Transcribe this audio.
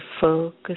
focus